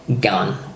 gun